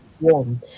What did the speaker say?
warm